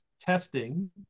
testing